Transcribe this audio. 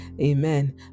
amen